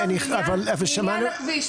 לעניין הכביש.